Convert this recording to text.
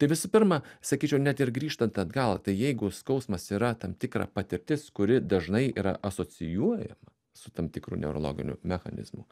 tai visų pirma sakyčiau net ir grįžtant atgal tai jeigu skausmas yra tam tikra patirtis kuri dažnai yra asocijuojama su tam tikru neurologiniu mechanizmu